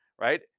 right